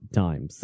time